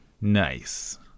Nice